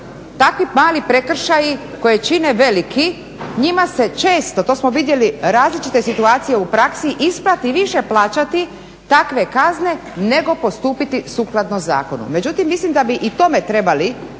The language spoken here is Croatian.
takvi mali prekršaji koje čine veliki njima se često, to smo vidjeli različite situacije u praksi isplati više plaćati takve kazne nego postupiti sukladno zakonu. Međutim, mislim da bi i tome trebali